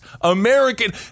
American